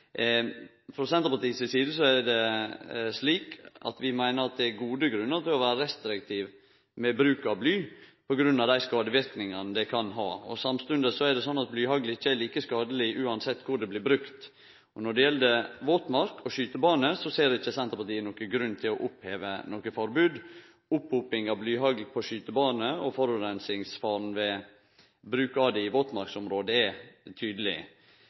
meiner det er gode grunnar til å vere restriktive med bruk av bly på grunn av dei skadeverknadene det kan ha. Samstundes er det sånn at blyhagl ikkje er like skadeleg uansett kor det blir brukt. Når det gjeld våtmark og skytebane, ser ikkje Senterpartiet nokon grunn til å oppheve forbodet. Opphoping av blyhagl på skytebane og forureiningsfaren ved bruk av det i våtmarksområde er